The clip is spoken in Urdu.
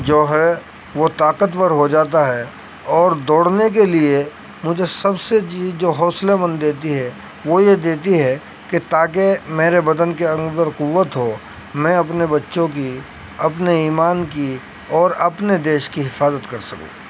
جو ہے وہ طاقتور ہو جاتا ہے اور دوڑنے کے لیے مجھے سب سے چیز جو حوصلہ مند دیتی ہے وہ یہ دیتی ہے تاکہ میرے بدن کے اندر قوت ہو میں اپنے بچوں کی اپنے ایمان کی اور اپنے دیش کی حفاظت کر سکوں